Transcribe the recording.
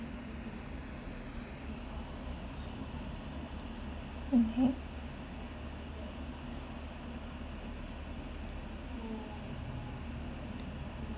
okay